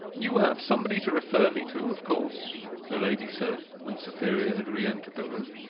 you have somebody to refer me to, of course the lady said, when cytherea had re-entered the room.